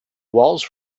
walls